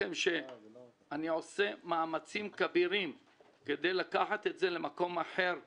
אני עושה מאמצים כבירים כדי לקחת את זה למקום אחר לגמרי.